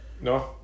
no